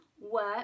work